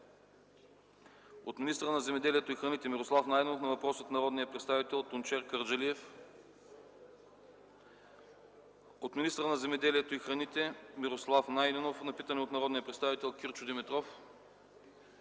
от министъра на земеделието и храните Мирослав Найденов на въпрос от народния представител Тунчер Кърджалиев; - от министъра на земеделието и храните Мирослав Найденов на питане от народния представител Кирчо Димитров;